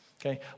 Okay